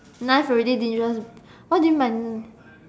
knife already didn't even what do you mean